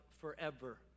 forever